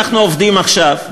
אנחנו עובדים עכשיו,